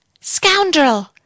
Scoundrel